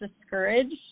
discouraged